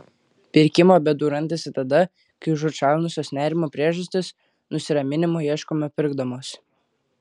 pirkimo bėdų randasi tada kai užuot šalinusios nerimo priežastis nusiraminimo ieškome pirkdamos